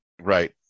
Right